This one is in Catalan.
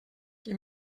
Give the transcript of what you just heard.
qui